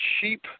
cheap